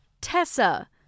Tessa